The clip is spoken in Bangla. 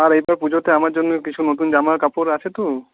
আর এইবার পুজোতে আমার জন্য কিছু নতুন জামা কাপড় আছে তো